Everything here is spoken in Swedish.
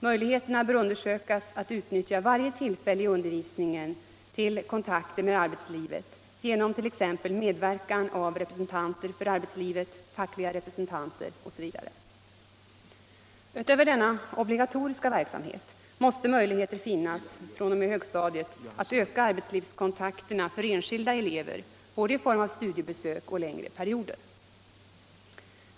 Möjligheterna bör undersökas att utnyttja varje tillfälle i undervisningen till kontakter med arbetslivet genom t.ex. medverkan av representanter för arbetslivet, fackliga representanter osv. Utöver denna obligatoriska verksamhet måste möjligheter finnas fr.o.m. högstadiet att öka arbetslivskontakterna för enskilda elever både i form av studiebesök och under längre perioder.